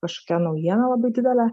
kažkokia naujiena labai didelė